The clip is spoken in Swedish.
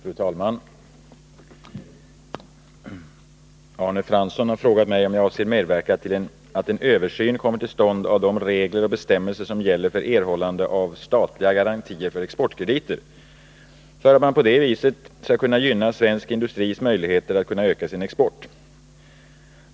Fru talman! Arne Fransson har frågat mig om jag avser medverka till att en översyn kommer till stånd av de regler och bestämmelser som gäller för erhållande av statliga garantier för exportkrediter, för att man på det sättet skall kunna gynna svensk industris möjligheter att öka sin export.